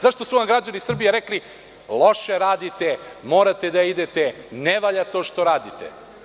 Zašto su vam građani Srbije rekli loše radite, morate da idete, ne valja to što radite?